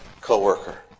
co-worker